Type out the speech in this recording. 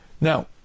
Now